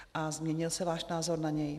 A změnil se váš názor na něj?